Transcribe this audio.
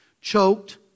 choked